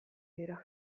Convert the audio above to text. dira